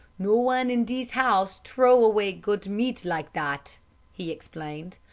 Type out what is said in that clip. no one in dis house trow away gut meat like dat he explained,